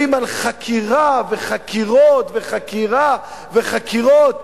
על חקירה וחקירות וחקירה וחקירות.